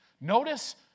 Notice